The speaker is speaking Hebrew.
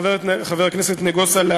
חבר הכנסת נגוסה,